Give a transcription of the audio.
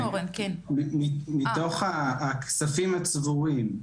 מתוך הכספים הצבורים,